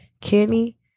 Kenny